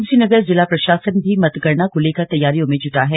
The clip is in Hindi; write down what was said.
उधमसिंह नगर जिला प्रशासन भी मतगणना को लेकर तैयारियों में जुटा है